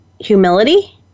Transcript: humility